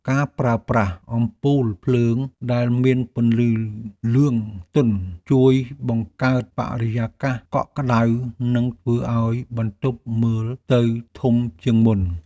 ការប្រើប្រាស់អំពូលភ្លើងដែលមានពន្លឺលឿងទន់ជួយបង្កើតបរិយាកាសកក់ក្តៅនិងធ្វើឱ្យបន្ទប់មើលទៅធំជាងមុន។